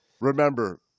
remember